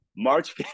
March